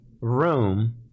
room